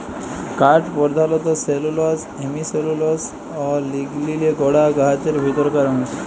কাঠ পরধালত cellulose, hemicellulose অ লিগলিলে গড়া গাহাচের ভিতরকার অংশ